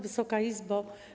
Wysoka Izbo!